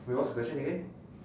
wait what's the question again